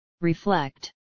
Reflect